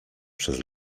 przez